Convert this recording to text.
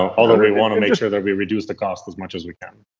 um although we want to make sure that we reduce the cost as much as we can.